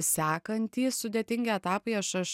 sekantys sudėtingi etapai aš aš